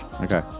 Okay